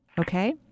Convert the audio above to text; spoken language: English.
okay